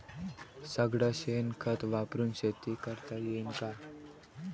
सगळं शेन खत वापरुन शेती करता येईन का?